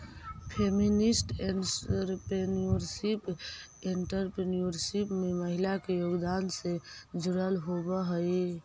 feminist entrepreneurship entrepreneurship में महिला के योगदान से जुड़ल होवऽ हई